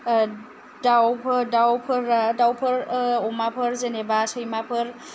दाउ दाउफोरा दाउफोर अमाफोर जेनेबा सैमाफोर